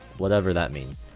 whatever that means,